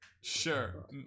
Sure